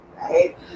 right